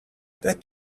that